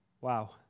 Wow